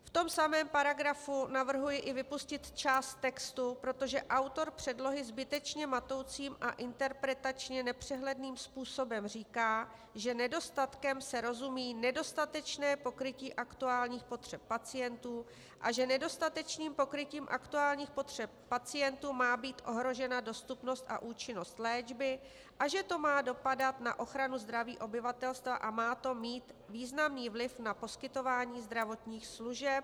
V tom samém paragrafu navrhuji i vypustit část textu, protože autor předlohy zbytečně matoucím a interpretačně nepřehledným způsobem říká, že nedostatkem se rozumí nedostatečné pokrytí aktuálních potřeb pacientů a že nedostatečným pokrytím aktuálních potřeb pacientů má být ohrožena dostupnost a účinnost léčby a že to má dopadat na ochranu zdraví obyvatelstva a má to mít významný vliv na poskytování zdravotních služeb.